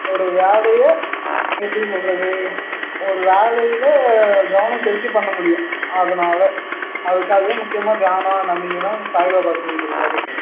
ஒரு வேலையை எப்படி சொல்வது ஒரு வேலையில் கவனம் செலுத்தி பண்ண முடியும் அதனால் அதுக்காகவே முக்கியமாக தியானம் அந்த அமைதி எல்லாம் சாய்பாபா சொல்லிக் கொடுத்தாரு